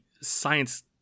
science –